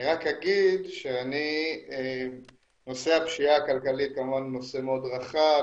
אני רק אגיד שנושא הפשיעה הכלכלית הוא כמובן נושא מאוד רחב,